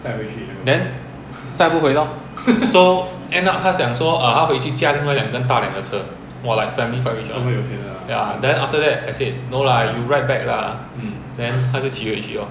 then 载不回 lor so end up 他讲说他回去驾另外一辆更大辆的车 !wah! the family quite rich then after that I said no lah you ride back lah then 他就骑回去 lor